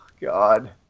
God